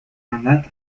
мандат